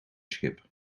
schip